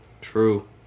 True